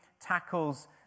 tackles